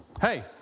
Hey